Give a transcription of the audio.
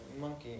monkey